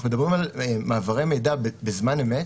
אנחנו מדברים על מעברי מידע בזמן אמת,